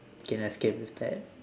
can escape with that